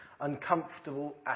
uncomfortable